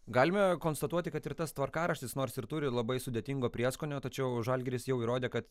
galime konstatuoti kad ir tas tvarkaraštis nors ir turi labai sudėtingo prieskonio tačiau žalgiris jau įrodė kad